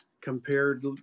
compared